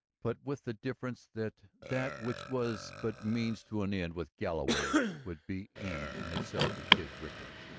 but with the difference that that which was but means to an end with galloway would be end in itself to kid rickard.